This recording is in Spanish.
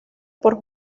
por